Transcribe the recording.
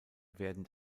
werden